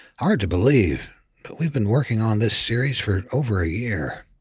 hard to believe, but we've been working on this series for over a year.